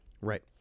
right